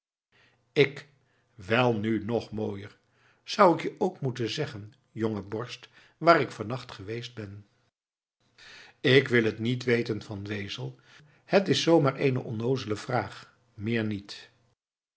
ik wel nu nog mooier zou ik je ook moeten zeggen jonge borst waar ik vannacht geweest ben ik wil het niet weten van wezel het is zoo maar eene onnoozele vraag meer niet